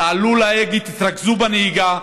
תעלו על ההגה, תתרכזו בנהיגה,